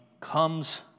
comes